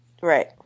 Right